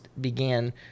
began